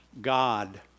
God